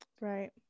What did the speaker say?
Right